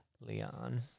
Leon